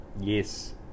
yes